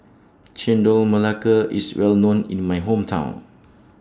Chendol Melaka IS Well known in My Hometown